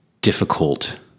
difficult